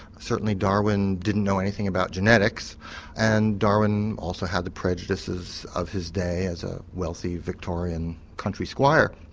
certainly darwin didn't know anything about genetics and darwin also had the prejudices of his day as a wealthy victorian country squire.